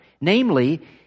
Namely